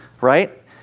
right